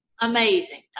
amazing